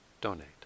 donate